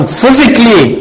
physically